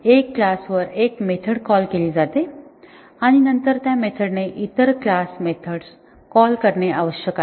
एका क्लास वर एक मेथड कॉल केली जाते आणि नंतर त्या मेथड ने इतर क्लास मेथड्स कॉल करणे आवश्यक आहे